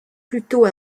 plutôt